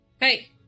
Hey